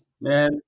Man